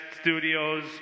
studios